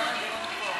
הדיון פה.